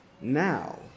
now